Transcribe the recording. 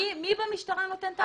מי במשטרה נותן את ההמלצה הזאת?